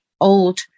old